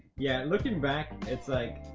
yeah. looking back, it's like,